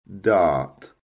dart